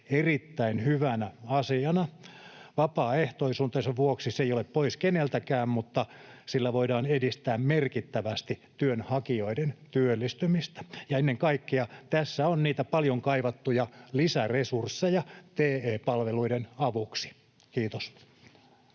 erittäin hyvänä asiana. Vapaaehtoisuutensa vuoksi se ei ole pois keneltäkään, mutta sillä voidaan edistää merkittävästi työnhakijoiden työllistymistä. Ja ennen kaikkea tässä on niitä paljon kaivattuja lisäresursseja TE-palveluiden avuksi. — Kiitos.